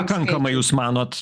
pakankamai jūs manote